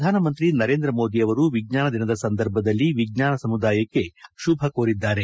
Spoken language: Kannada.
ಪ್ರಧಾನಮಂತ್ರಿ ನರೇಂದ್ರ ಮೋದಿ ಅವರು ವಿಜ್ಞಾನ ದಿನದ ಸಂದರ್ಭದಲ್ಲಿ ವಿಜ್ಞಾನ ಸಮುದಾಯಕ್ಕೆ ಶುಭ ಕೋರಿದ್ದಾರೆ